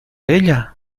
ella